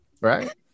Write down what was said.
right